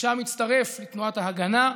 ומשם הצטרף לתנועת ההגנה,